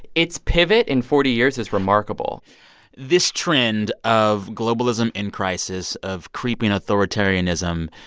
its pivot in forty years is remarkable this trend of globalism in crisis, of creeping authoritarianism,